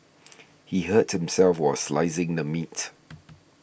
he hurt himself while slicing the meat